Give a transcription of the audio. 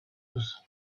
lives